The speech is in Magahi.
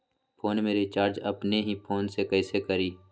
फ़ोन में रिचार्ज अपने ही फ़ोन से कईसे करी?